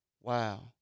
wow